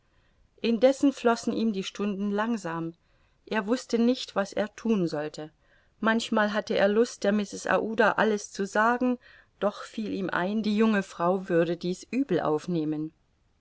indessen flossen ihm die stunden langsam er wußte nicht was er thun sollte manchmal hatte er lust der mrs aouda alles zu sagen doch fiel ihm ein die junge frau würde dies übel aufnehmen